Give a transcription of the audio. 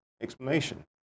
explanation